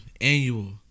Annual